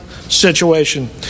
situation